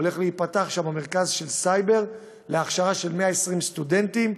הולך להיפתח שם מרכז של סייבר להכשרה של 120 סטודנטים,